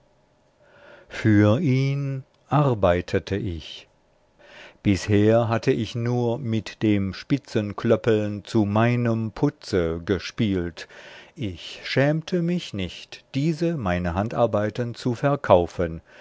für ihn arbeitete ich bisher hatte ich nur mit dem spitzenklöppeln zu meinem putze gespielt ich schämte mich nicht diese meine handarbeiten zu verkaufen